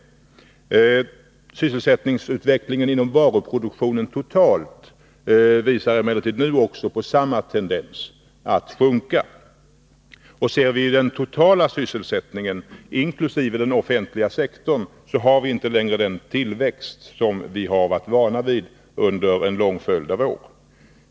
Sysselsättningsutvecklingen inom varuproduktionen totalt visar emellertid nu samma sjunkande tendens. Studerar vi den totala sysselsättningen, inkl. den offentliga sektorn, kan vi konstatera att vi inte längre har den tillväxt som 25 vi under en lång följd av år har varit vana vid.